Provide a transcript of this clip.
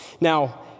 Now